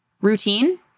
Routine